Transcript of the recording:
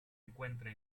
encuentra